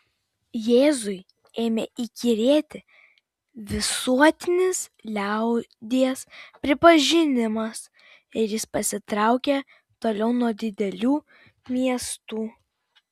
jėzui ėmė įkyrėti visuotinis liaudies pripažinimas ir jis pasitraukė toliau nuo didelių miestų